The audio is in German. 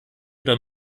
oder